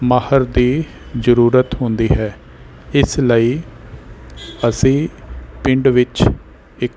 ਮਾਹਰ ਦੀ ਜ਼ਰੂਰਤ ਹੁੰਦੀ ਹੈ ਇਸ ਲਈ ਅਸੀਂ ਪਿੰਡ ਵਿੱਚ ਇੱਕ